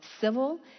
civil